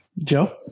Joe